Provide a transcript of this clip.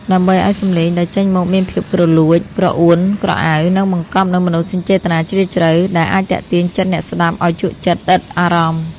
ដើម្បីឱ្យសម្លេងដែលចេញមកមានភាពគ្រលួច ក្រអួនក្រអៅ និងបង្កប់នូវមនោសញ្ចេតនាជ្រាលជ្រៅ ដែលអាចទាក់ទាញចិត្តអ្នកស្តាប់ឱ្យជក់ចិត្តដិតអារម្មណ៍។